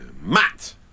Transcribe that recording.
Matt